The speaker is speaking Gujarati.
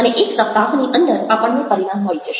અને એક સપ્તાહની અંદર આપણને પરિણામ મળી જશે